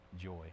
joy